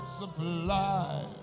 supply